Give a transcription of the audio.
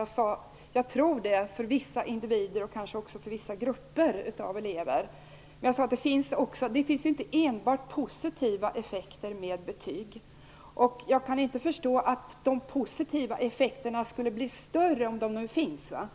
Jag svarade att jag tror att det kan vara stimulerande för vissa individer och kanske också för vissa grupper av elever. Jag sade att det inte finns enbart positiva effekter av betyg. Jag kan inte förstå att de positiva effekterna skulle bli större - om det finns sådana